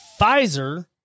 Pfizer